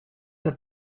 that